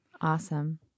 Awesome